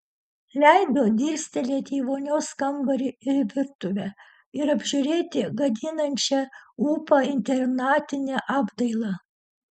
leido dirstelėti į vonios kambarį ir virtuvę ir apžiūrėti gadinančią ūpą internatinę apdailą